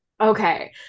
okay